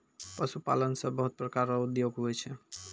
पशुपालन से बहुत प्रकार रो उद्योग हुवै छै